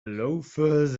loafers